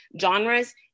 genres